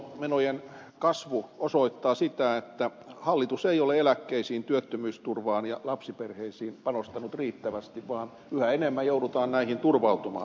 toimeentulomenojen kasvu osoittaa sitä että hallitus ei ole eläkkeisiin työttömyysturvaan ja lapsiperheisiin panostanut riittävästi vaan yhä enemmän joudutaan näihin turvautumaan